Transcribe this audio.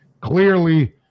clearly